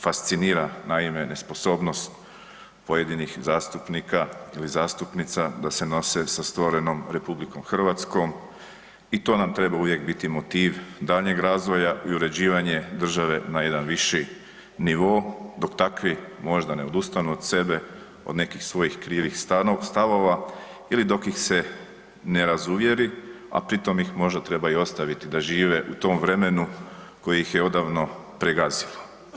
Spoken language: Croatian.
Fasciniran naime nesposobnost pojedinih zastupnika i zastupnica da se nose sa stvorenom RH i to nam treba uvijek biti motiv daljnjeg razvoja i uređivanje države na jedan viši nivo dok takvi možda ne odustanu od sebe od nekih svojih krivih stavova ili dok ih se ne razuvjeri, a pri tom ih možda treba i ostaviti da žive u tom vremenu koje ih je odavno pregazilo.